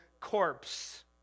corpse